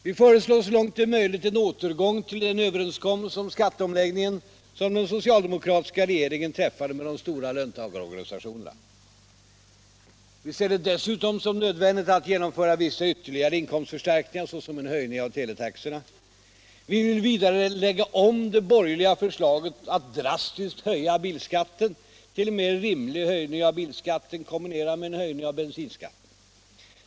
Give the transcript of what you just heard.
Vi föreslår så långt det är möjligt en återgång till den överenskommelse om skatteomläggningen som den socialdemokratiska regeringen träffade med de stora löntagarorganisationerna förra våren. Vi ser det dessutom som nödvändigt att genomföra vissa ytterligare inkomstförstärkningar såsom en höjning av teletaxorna. Vi vill vidare lägga om det borgerliga förslaget att drastiskt höja bilskatten till en mer rimlig höjning av bilskatten kombinerad med en höjning av bensinskatten.